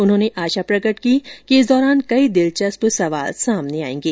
उन्होंने आशा प्रकट की कि इस दौरान कई दिलचस्प सवाल सामने आयेंगे